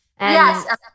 Yes